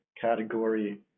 category